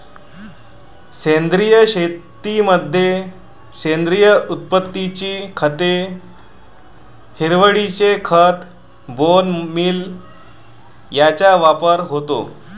सेंद्रिय शेतीमध्ये सेंद्रिय उत्पत्तीची खते, हिरवळीचे खत, बोन मील यांचा वापर होतो